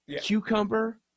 Cucumber